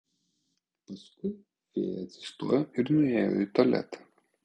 paskui fėja atsistojo ir nuėjo į tualetą